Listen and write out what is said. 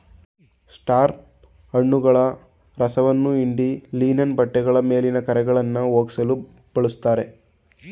star ಹಣ್ಣುಗಳ ರಸವನ್ನ ಹಿಂಡಿ ಲಿನನ್ ಬಟ್ಟೆಗಳ ಮೇಲಿನ ಕರೆಗಳನ್ನಾ ಹೋಗ್ಸಲು ಬಳುಸ್ತಾರೆ